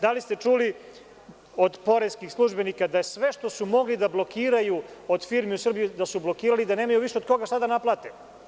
Da li ste čuli od poreskih službenika da je sve što su mogli da blokiraju od firmi u Srbiji da su blokirali, da nemaju više od koga šta da naplate.